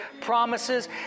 promises